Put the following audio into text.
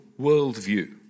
worldview